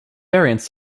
variants